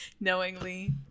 knowingly